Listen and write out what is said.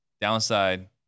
Downside